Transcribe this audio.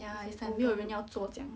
ya it's like 没有人要做这样